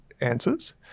answers